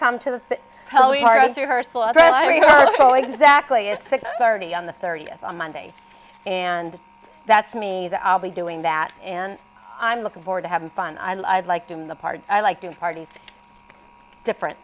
remarkable exactly at six thirty on the thirtieth on monday and that's me there i'll be doing that and i'm looking forward to having fun i liked him the part i like doing parties different